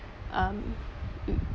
um